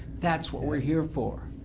that's what we're here for.